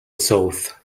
south